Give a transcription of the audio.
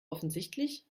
offensichtlich